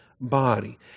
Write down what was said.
body